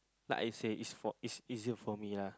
like I say is for is is easier for me lah